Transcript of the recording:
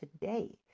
today